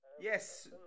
Yes